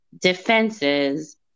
defenses